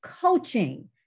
coaching